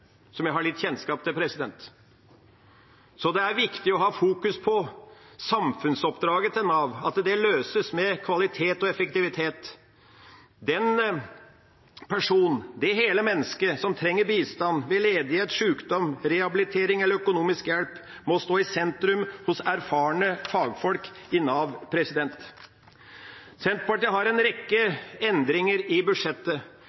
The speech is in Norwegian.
som jeg har litt kjennskap til. Så det er viktig å fokusere på samfunnsoppdraget til Nav, at det løses med kvalitet og effektivitet. Den personen, det hele mennesket, som trenger bistand ved ledighet, sykdom, rehabilitering eller økonomisk hjelp må stå i sentrum hos erfarne fagfolk i Nav. Senterpartiet har en rekke endringer i budsjettet.